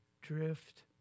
drift